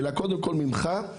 אלא קודם כל ממך,